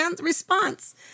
response